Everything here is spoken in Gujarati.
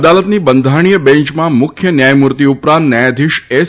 અદાલતની બંધારણીય બેન્ચમાં મુખ્ય ન્યાયમૂર્તિ ઉપરાંત ન્યાયાધીશ એસ